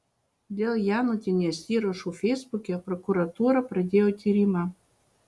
dėl janutienės įrašų feisbuke prokuratūra pradėjo tyrimą